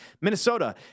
Minnesota